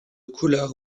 couleur